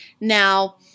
Now